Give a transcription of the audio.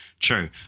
True